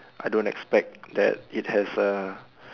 I don't expect that it has a